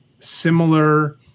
Similar